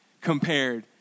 compared